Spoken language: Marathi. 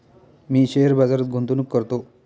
मी शेअर बाजारात गुंतवणूक करतो